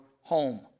home